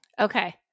Okay